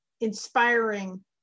inspiring